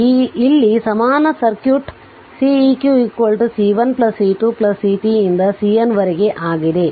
ಆದ್ದರಿಂದ ಇಲ್ಲಿ ಸಮಾನ circuit Ceq C1 C2 C3 ರಿಂದ CN ವರೆಗೆ ಆಗಿದೆ